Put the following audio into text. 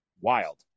wild